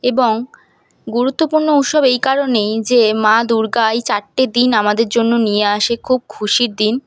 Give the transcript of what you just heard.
এবং গুরুত্বপূর্ণ উৎসব এই কারণেই যে মা দুর্গা এই চারটে দিন আমাদের জন্য নিয়ে আসে খুব খুশির দিন